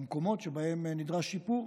במקומות שבהם נדרש שיפור,